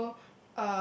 so